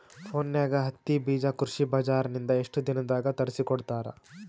ಫೋನ್ಯಾಗ ಹತ್ತಿ ಬೀಜಾ ಕೃಷಿ ಬಜಾರ ನಿಂದ ಎಷ್ಟ ದಿನದಾಗ ತರಸಿಕೋಡತಾರ?